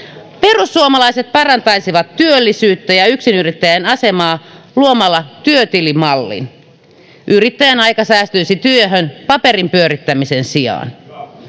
perussuomalaiset parantaisivat työllisyyttä ja yksinyrittäjien asemaa luomalla työtilimallin yrittäjän aika säästyisi työhön paperin pyörittämisen sijaan